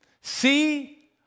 See